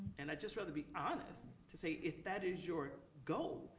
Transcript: and i'd just rather be honest to say if that is your goal,